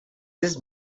this